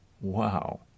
Wow